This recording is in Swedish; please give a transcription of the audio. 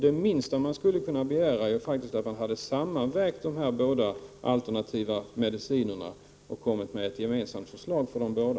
Det minsta man skulle kunna begära är väl att de båda alternativen hade sammanvägts och att förslag hade lagts fram som gällde båda.